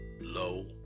low